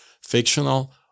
fictional